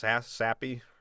sappy